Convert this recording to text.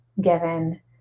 given